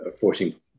forcing